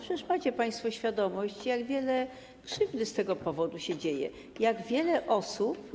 Przecież macie państwo świadomość, jak wiele krzywdy z tego powodu się dzieje, jak wiele osób.